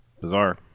Bizarre